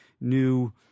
new